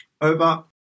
Over